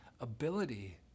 ability